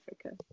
Africa